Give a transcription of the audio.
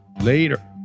Later